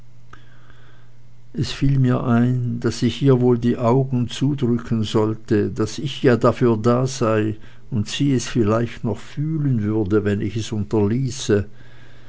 es fiel mir ein daß ich ihr wohl die augen zudrücken sollte daß ich ja dafür da sei und sie es vielleicht noch fahlen würde wenn ich es